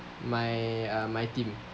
my uh my team